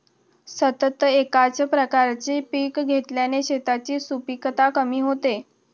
सतत एकाच प्रकारचे पीक घेतल्याने शेतांची सुपीकता कमी होते